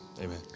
amen